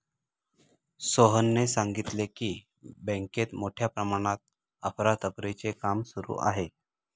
सोहनने सांगितले की, बँकेत मोठ्या प्रमाणात अफरातफरीचे काम सुरू आहे